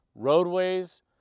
roadways